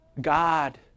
God